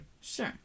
Sure